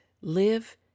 live